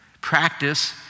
Practice